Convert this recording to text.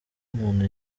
umuntu